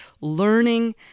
learning